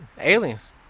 Aliens